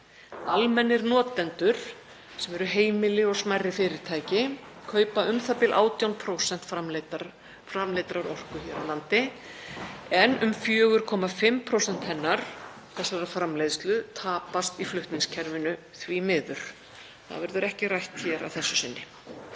Almennir notendur, sem eru heimili og smærri fyrirtæki, kaupa u.þ.b. 18% framleiddrar orku hér á landi en um 4,5% þessarar framleiðslu tapast í flutningskerfinu, því miður. Það verður ekki rætt hér að þessu sinni.